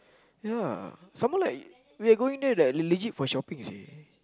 ya some more like we going there like legit for shopping seh